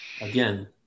again